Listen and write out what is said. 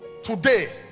Today